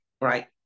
right